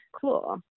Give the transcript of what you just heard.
Cool